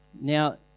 now